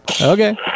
Okay